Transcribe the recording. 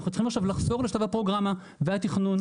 אנחנו צריכים לחזור לשלב הפרוגרמה והתכנון.